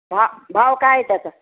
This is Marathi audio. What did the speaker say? भा भाव काय आहे त्याचा